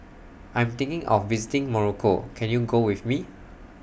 I'm thinking of visiting Morocco Can YOU Go with Me